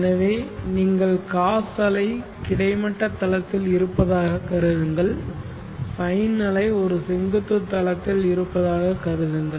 எனவே நீங்கள் காஸ் அலை கிடைமட்ட தளத்தில் இருப்பதாக கருதுங்கள் சைன் அலை ஒரு செங்குத்து தளத்தில் இருப்பதாக கருதுங்கள்